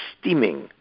steaming